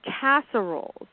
casseroles